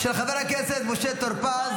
של חבר הכנסת משה טור פז.